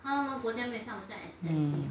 mm